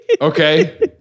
Okay